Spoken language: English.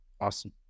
Awesome